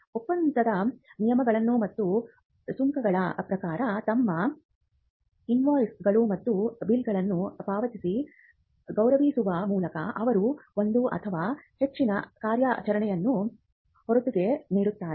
ಒಪ್ಪಂದದ ನಿಯಮಗಳು ಮತ್ತು ಸುಂಕಗಳ ಪ್ರಕಾರ ತಮ್ಮ ಇನ್ವಾಯ್ಸ್ಗಳು ಮತ್ತು ಬಿಲ್ಗಳನ್ನು ಪಾವತಿಸಿ ಗೌರವಿಸುವ ಮೂಲಕ ಅವರು ಒಂದು ಅಥವಾ ಹೆಚ್ಚಿನ ಕಾರ್ಯಾಚರಣೆಗಳನ್ನು ಹೊರಗುತ್ತಿಗೆ ನೀಡುತ್ತಾರೆ